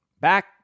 Back